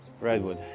Redwood